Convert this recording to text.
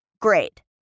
Great